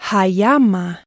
Hayama